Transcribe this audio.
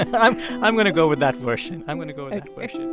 i'm i'm going to go with that version. i'm going to go with that version